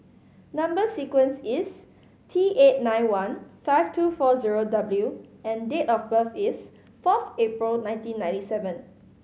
number sequence is T eight nine one five two four zero W and date of birth is fourth April nineteen ninety seven